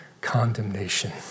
condemnation